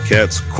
Cat's